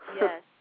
Yes